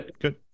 good